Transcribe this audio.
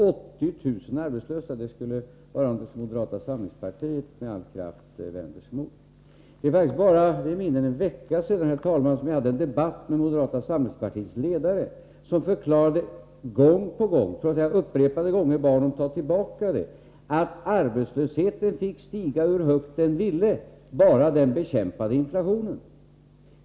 80 000 arbetslösa skulle vara någonting som moderata samlingspartiet med all kraft vänder sig mot! Det är faktiskt mindre än en vecka sedan jag hade en debatt med moderata samlingspartiets ledare, där han gång på gång — trots att jag upprepade gånger bad honom att ta tillbaka det — förklarade att arbetslösheten fick stiga hur högt den ville, bara den bekämpade inflationen.